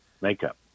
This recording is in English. makeup